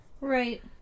Right